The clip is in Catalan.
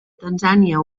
tanzània